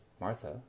Martha